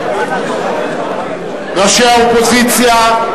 ראשי האופוזיציה,